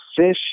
fish